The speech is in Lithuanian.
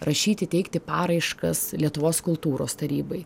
rašyti teikti paraiškas lietuvos kultūros tarybai